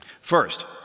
First